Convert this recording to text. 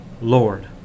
Lord